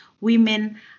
women